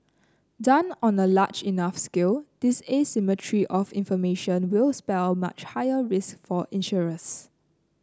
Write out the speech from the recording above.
done on a large enough scale this asymmetry of information will spell much higher risk for insurers